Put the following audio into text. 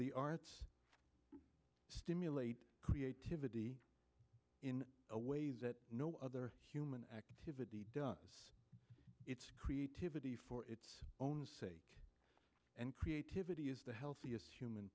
the arts stimulate creativity in a way that no other human activity does its creativity for its own sake and creativity is the healthiest human